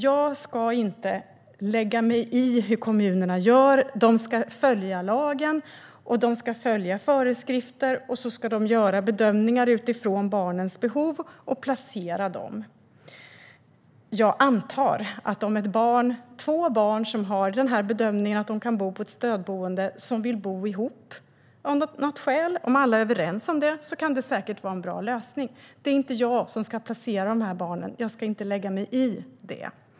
Jag ska inte lägga mig i hur kommunerna gör. De ska följa lagen, och de ska följa föreskrifter. De ska göra bedömningar utifrån barnens behov och placera barnen. Jag antar att det är så här: Om man bedömer att två barn kan bo på ett stödboende och om de av något skäl vill bo ihop och alla är överens om det kan det säkert vara en bra lösning. Det är inte jag som ska placera barnen. Jag ska inte lägga mig i det.